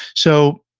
so,